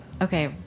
Okay